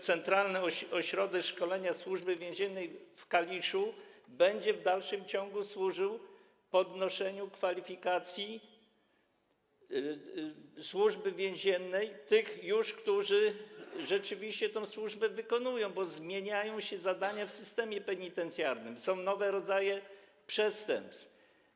Centralny Ośrodek Szkolenia Służby Więziennej w Kaliszu będzie w dalszym ciągu służył podnoszeniu kwalifikacji pracowników Służby Więziennej, tych, którzy rzeczywiście pełnią tę służbę, bo zmieniają się zadania w systemie penitencjarnym, są nowe rodzaje przestępstw.